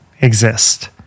exist